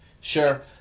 Sure